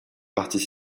parties